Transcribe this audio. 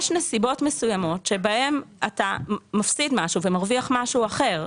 יש נסיבות מסוימות שבהן אתה מפסיד משהו ומרוויח משהו אחר.